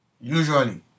Usually